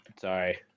Sorry